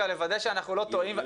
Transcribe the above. לוודא שאנחנו לא טועים.